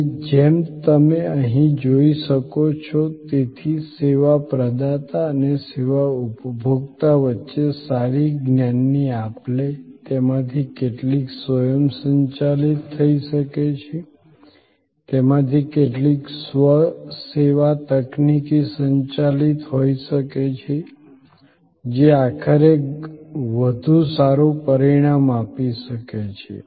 અને જેમ તમે અહીં જોઈ શકો છો તેથી સેવા પ્રદાતા અને સેવા ઉપભોક્તા વચ્ચે સારી જ્ઞાનની આપ લે તેમાંથી કેટલીક સ્વયંસંચાલિત થઈ શકે છે તેમાંથી કેટલીક સ્વ સેવા તકનીકી સંચાલિત હોઈ શકે છે જે આખરે વધુ સારું પરિણામ આપી શકે છે